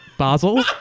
Basel